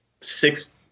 six